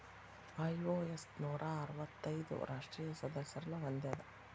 IOS ನೂರಾ ಅರ್ವತ್ತೈದು ರಾಷ್ಟ್ರೇಯ ಸದಸ್ಯರನ್ನ ಹೊಂದೇದ